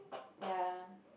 ya